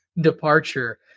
departure